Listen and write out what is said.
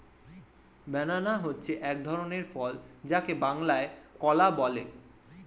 banana হচ্ছে এক ধরনের ফল যাকে বাংলায় কলা বলে